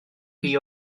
chi